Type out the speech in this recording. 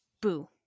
Boo